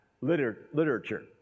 literature